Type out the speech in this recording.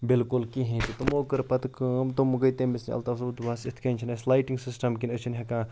بلکل کِہیٖنۍ تمو کٔر پَتہٕ کٲم تم گٔے تٔمِس الطاف صٲبَس دوٚپہَس یِتھ کٔنۍ چھِنہٕ اَسہِ لایٹِنٛگ سِسٹَم کِہیٖنۍ أسۍ چھِنہٕ ہٮ۪کان